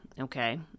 okay